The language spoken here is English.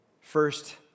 first